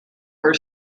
were